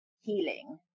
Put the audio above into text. healing